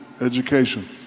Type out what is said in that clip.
education